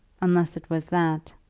unless it was that.